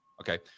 Okay